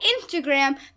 Instagram